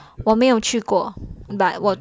我没有去过 but 我